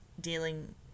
dealing